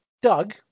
Doug